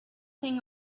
thing